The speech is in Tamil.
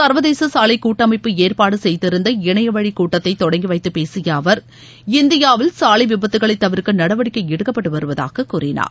சர்வதேச சாலை கூட்டமைப்பு ஏற்பாடு செய்திருந்த இணையவழி கூட்டத்தை தொடங்கி வைத்து பேசிய அவர் இந்தியாவில் சாலை விபத்துகளை தவிர்க்க நடவடிக்கை எடுக்கப்பட்டு வருவதாக கூறினார்